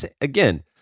again